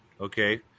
Okay